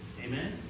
Amen